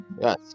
Yes